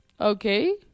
okay